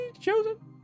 Chosen